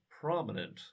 prominent